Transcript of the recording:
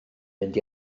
mynd